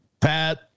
Pat